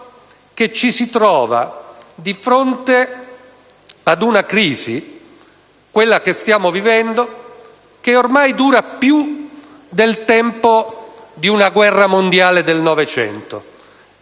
che ci si trova di fronte ad una crisi, quella che stiamo vivendo, che ormai sta durando più del tempo di una guerra mondiale del Novecento;